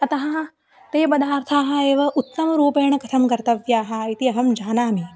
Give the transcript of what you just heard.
अतः ते पदार्थाः एव उत्तमरूपेण कथं कर्तव्याः इति अहं जानामि